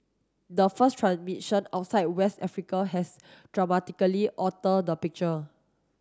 the first transmission outside West Africa has dramatically alter the picture